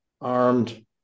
armed